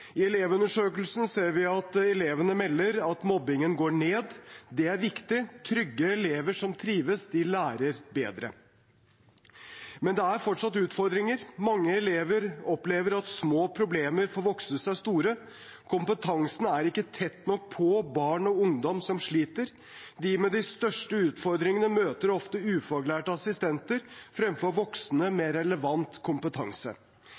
I Elevundersøkelsen ser vi at elevene melder at mobbingen går ned. Det er viktig. Trygge elever som trives, lærer bedre. Men det er fortsatt utfordringer. Mange elever opplever at små problemer får vokse seg store. Kompetansen er ikke tett nok på barn og ungdom som sliter. De med de største utfordringene møter ofte ufaglærte assistenter fremfor voksne med relevant kompetanse.